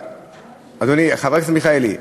חבר הכנסת מיכאלי,